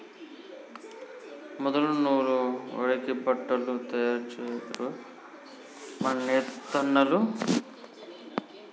మొదలు నూలు వడికి బట్టలు తయారు జేస్తరు మన నేతన్నలు